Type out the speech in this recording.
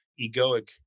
egoic